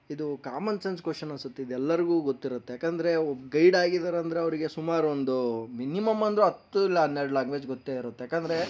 ಇದು common sense question ಅನ್ಸುತ್ತೆ ಇದು ಎಲ್ಲರಿಗೂ ಗೊತ್ತಿರುತ್ತೆ ಏಕೆಂದ್ರೆ ಗೈಡ್ ಆಗಿದ್ದಾರೆಂದರೆ ಅವರಿಗೆ ಸುಮಾರು ಒಂದು ಮಿನಿಮಂ ಅಂದರೂ ಹತ್ತು ಇಲ್ಲ ಹನ್ನೆರಡು ಲ್ಯಾಂಗ್ವೇಜ್ ಗೊತ್ತೇ ಇರುತ್ತೆ ಏಕೆಂದರೆ